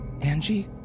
Angie